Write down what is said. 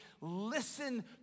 listen